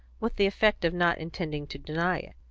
with the effect of not intending to deny it.